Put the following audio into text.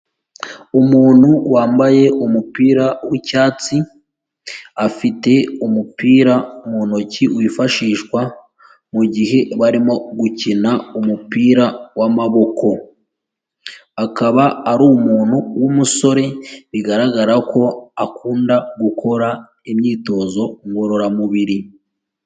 Umuntu wambaye umupira w'icyatsi afite umupira mu ntoki wifashishwa mugihe barimo gukina umupira w'amaboko. Akaba ari umuntu w'umusore bigaragara ko akunda gukora imyitozo ngororamubiri.